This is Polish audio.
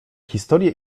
historie